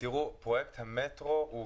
פרויקט המטרו הוא,